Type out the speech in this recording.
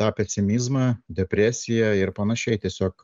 tą pesimizmą depresiją ir panašiai tiesiog